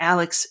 Alex